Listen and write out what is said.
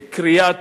בכריית